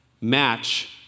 match